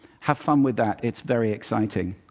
have fun with that. it's very exciting.